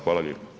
Hvala lijepo.